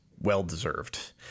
well-deserved